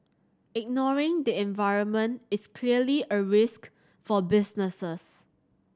ignoring the environment is clearly a risk for businesses